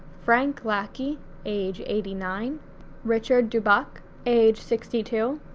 frank lackey age eighty nine richard dubuc age sixty two,